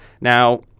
now